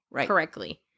Correctly